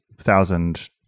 thousand